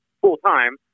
full-time